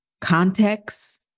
context